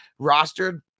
rostered